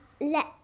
let